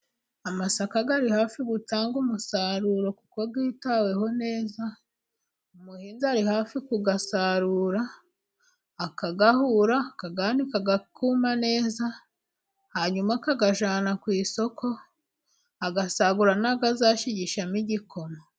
Amasaka ari hafi gutanga umusaruro kuko yitaweho neza. Umuhinzi ari hafi: kuyasarura, akayahura, akayanika ,akuma neza, hanyuma akayajyana ku isoko, agasagura n'ayo azashigishamo igikoma.